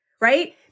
right